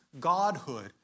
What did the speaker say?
Godhood